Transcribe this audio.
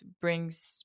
brings